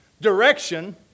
direction